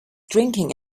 drinking